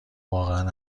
واقعا